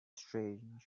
strange